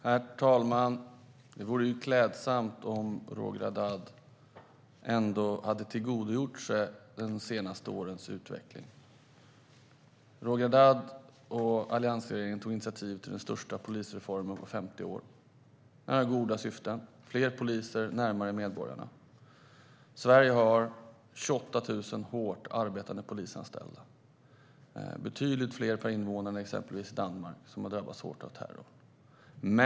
Herr talman! Det vore klädsamt om Roger Haddad ändå hade tillgodogjort sig de senaste årens utveckling. Roger Haddad och alliansregeringen tog initiativ till den största polisreformen på 50 år. Den hade goda syften: fler poliser närmare medborgarna. Sverige har 28 000 hårt arbetande polisanställda, betydligt fler per invånare än exempelvis Danmark som har drabbats hårt av terror.